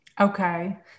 Okay